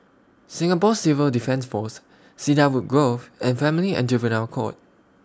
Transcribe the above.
Singapore Civil Defence Force Cedarwood Grove and Family and Juvenile Court